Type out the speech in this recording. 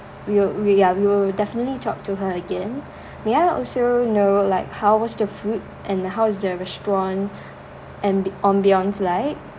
we will we are we will definitely talk to her again may I also know like how was the food and the how's the restaurant an~ ambience like